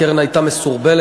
הקרן הייתה מסורבלת,